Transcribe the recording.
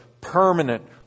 permanent